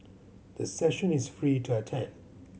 the session is free to attend